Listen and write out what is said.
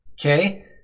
okay